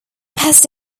pest